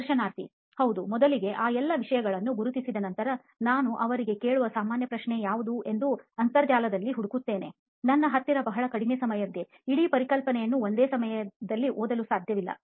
ಸಂದರ್ಶನಾರ್ಥಿ ಹೌದು ಮೊದಲಿಗೆ ಆ ಎಲ್ಲ ವಿಷಯಗಳನ್ನು ಗುರುತಿಸಿದನಂತರ ನಾನು ಅವರು ಕೇಳುವ ಸಾಮಾನ್ಯ ಪ್ರಶ್ನೆ ಯಾವುದು ಎಂದು ಅಂತರ್ಜಾಲದಲ್ಲಿ ಹುಡುಕುತ್ತೇನೆ ನನ್ನ ಹತ್ತಿರ ಬಹಳ ಕಡಿಮೆ ಸಮಯವಿದೆ ಇಡೀ ಪರಿಕಲ್ಪನೆಯನ್ನು ಒಂದೇ ಸಮಯದಲ್ಲಿ ಓದಲು ಸಾಧ್ಯವಿಲ್ಲ